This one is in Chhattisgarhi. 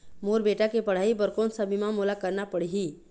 मोर बेटा के पढ़ई बर कोन सा बीमा मोला करना पढ़ही?